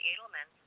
Edelman